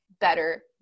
better